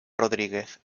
rodríguez